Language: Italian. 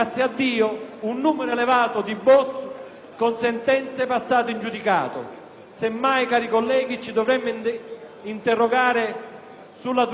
con sentenze passate in giudicato. Semmai, cari colleghi, ci dovremmo interrogare sulla durata delle pene, che oggi sono